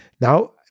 Now